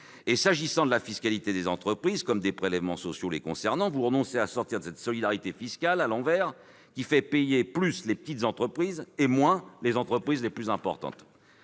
est, s'agissant de la fiscalité des entreprises comme des prélèvements sociaux les concernant, vous renoncez à sortir de cette solidarité fiscale à l'envers, qui fait payer plus les petites entreprises et moins les entreprises les plus importantes.